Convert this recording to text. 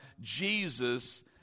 Jesus